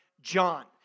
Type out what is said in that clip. John